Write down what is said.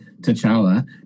T'Challa